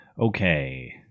Okay